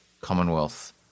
Commonwealth